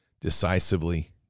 decisively